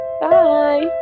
Bye